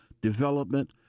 development